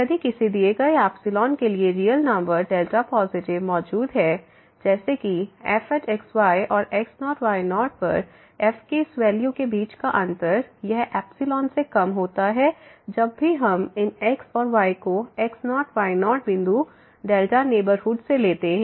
यदि किसी दिए गए एप्सिलॉन के लिए रियल नंबर डेल्टा पॉसिटिव मौजूद है जैसे कि fx y और x0 y0 पर f के इस वैल्यू के बीच का अंतर यह एप्सिलॉन से कम होता है जब भी हम इन x और y को x0 y0 बिंदु डेल्टा नेबरहुड से लेते हैं